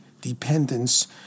dependence